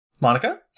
Monica